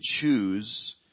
choose